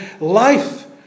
life